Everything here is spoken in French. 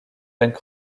punk